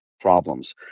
problems